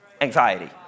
anxiety